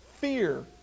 fear